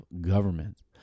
government